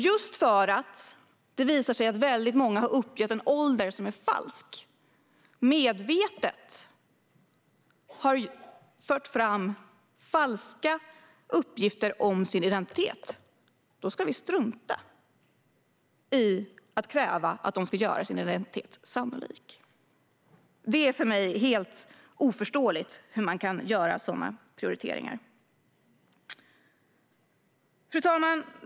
Just för att det visar sig att många medvetet har uppgett en ålder som är falsk och medvetet fört fram falska uppgifter om sin identitet ska vi alltså strunta i att kräva att de ska göra sin identitet sannolik. Det är för mig helt oförståeligt hur man kan göra sådana prioriteringar. Fru talman!